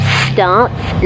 starts